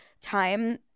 time